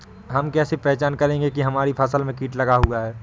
हम कैसे पहचान करेंगे की हमारी फसल में कीट लगा हुआ है?